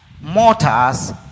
mortars